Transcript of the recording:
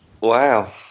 Wow